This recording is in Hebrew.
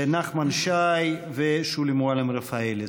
נחמן שי ושולי מועלם-רפאלי.